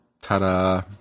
ta-da